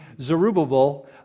Zerubbabel